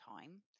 time